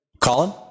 Colin